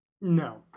No